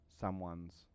someone's